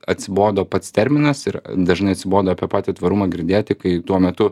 atsibodo pats terminas ir dažnai atsibodo apie patį tvarumą girdėti kai tuo metu